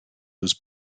was